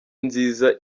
nziza